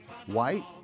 white